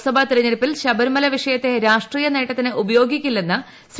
ലോക്സഭ തെരഞ്ഞെടുപ്പിൽ ശബരിമല വിഷയത്തെ രാഷ്ട്രീയ നേട്ടത്തിന് ഉപയോഗിക്കില്ലെന്ന് ശ്രീ